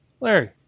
Larry